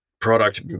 product